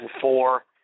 four